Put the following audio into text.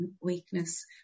weakness